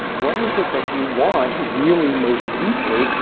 what is it that you want, really most deeply?